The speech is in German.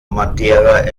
madeira